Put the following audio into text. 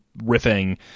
riffing